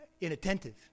inattentive